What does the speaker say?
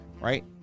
Right